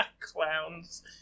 Clowns